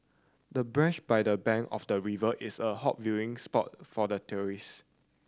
the bench by the bank of the river is a hot viewing spot for the tourist